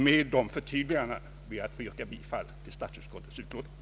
Med dessa förtydliganden ber jag att få yrka bifall till statsutskottets hemställan.